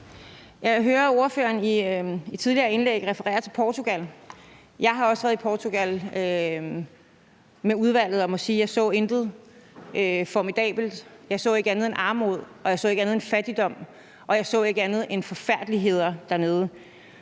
Jeg hørte ordføreren i et tidligere indlæg referere til Portugal. Jeg har også været i Portugal med udvalget og må sige, at jeg intet formidabelt så. Jeg så ikke andet end armod, jeg så ikke andet end fattigdom, og jeg så ikke andet end forfærdeligheder dernede.